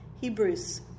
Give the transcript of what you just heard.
Hebrews